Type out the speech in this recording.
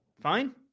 Fine